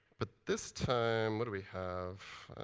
but this time, what do we have?